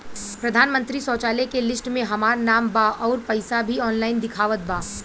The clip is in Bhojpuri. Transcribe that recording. प्रधानमंत्री शौचालय के लिस्ट में हमार नाम बा अउर पैसा भी ऑनलाइन दिखावत बा